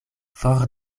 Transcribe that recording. for